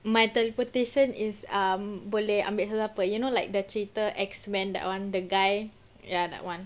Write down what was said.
my teleportation is um boleh ambil siapa-siapa you know like the cerita X men that one the guy ya that one